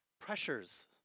Pressures